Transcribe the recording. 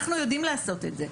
אנחנו יודעים לעשות את זה,